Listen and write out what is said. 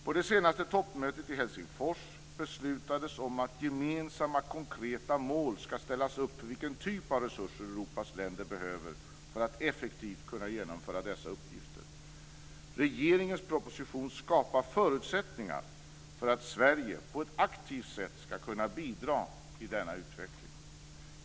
På det senaste toppmötet i Helsingfors beslutades om att gemensamma konkreta mål ska ställas upp för vilken typ av resurser Europas länder behöver för att effektivt kunna genomföra dessa uppgifter. Regeringens proposition skapar förutsättningar för att Sverige på ett aktivt sätt ska kunna bidra till denna utveckling.